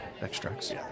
extracts